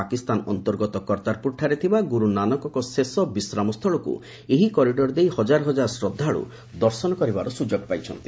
ପାକିସ୍ତାନ ଅନ୍ତର୍ଗତ କର୍ତ୍ତାରପୁରଠାରେ ଥିବା ଗୁରୁ ନାନକଙ୍କ ଶେଷ ବିଶ୍ରାମସ୍ଥଳକୁ ଏହି କରିଡର ଦେଇ ହଜାର ହଜାର ଶ୍ରଦ୍ଧାଳୁ ଦର୍ଶନ କରିବାର ସୁଯୋଗ ପାଇଛନ୍ତି